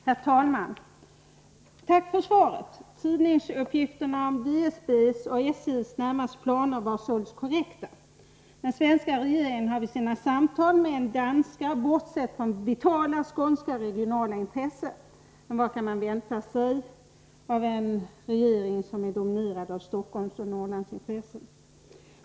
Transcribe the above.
Herr talman! Tack för svaret! Tidningsuppgifterna om DSB:s och SJ:s närmaste planer var således korrekta. Den svenska regeringen hade vid sina samtal med den danska bortsett från vitala skånska regionala intressen. Men vad kan man vänta sig av en regering som är dominerad av Stockholms och Norrlands intressen?